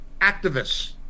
activists